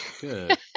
Good